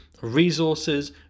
resources